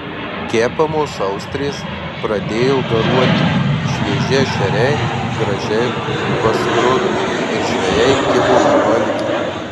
kepamos austrės pradėjo garuoti švieži ešeriai gražiai paskrudo ir žvejai kibo į valgį